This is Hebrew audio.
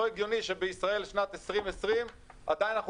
לא הגיוני שבישראל שנת 2020 עדיין אנחנו